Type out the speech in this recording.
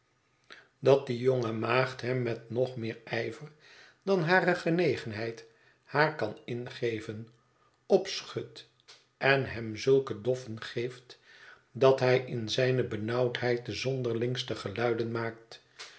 dat die jonge maagd hem met nog meer ijver dan hare genegenheid haar kan ingeven opschudt en hem zulke doffen geeft dat hij in zijne benauwdheid de zonderlingste geluiden maakt